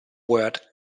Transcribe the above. word